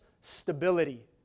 stability